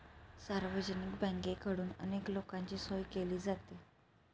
सार्वजनिक बँकेकडून अनेक लोकांची सोय केली जाते